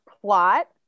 plot